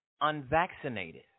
unvaccinated